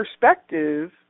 perspective